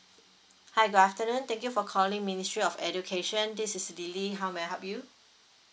hi good afternoon thank you for calling ministry of education this is lily how may I help you